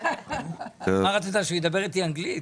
מה רצית, שידבר איתי אנגלית?